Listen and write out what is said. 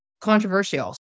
controversial